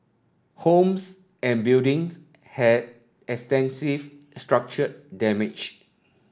homes and buildings had extensive structural damage